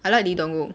I like lee dong-wook